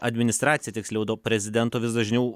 administracija tiksliau prezidento vis dažniau